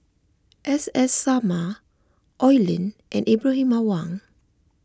S S Sarma Oi Lin and Ibrahim Awang